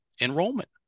enrollment